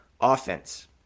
offense